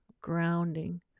grounding